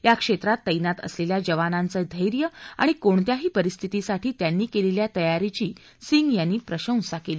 या क्षप्रीत तैनात असलख्या जवानांचं धैर्य आणि कोणत्याही परिस्थितीसाठी त्यांनी कलिखा तयारीची सिंग यांनी प्रशंसा कली